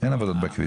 אין עבודות בכביש.